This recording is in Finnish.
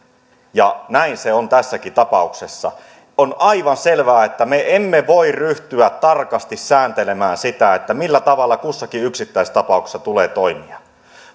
ja näin se on tässäkin tapauksessa on aivan selvää että me emme voi ryhtyä tarkasti sääntelemään sitä millä tavalla kussakin yksittäistapauksessa tulee toimia